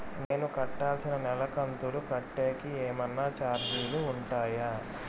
నేను కట్టాల్సిన నెల కంతులు కట్టేకి ఏమన్నా చార్జీలు ఉంటాయా?